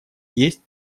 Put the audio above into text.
есть